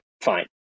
fine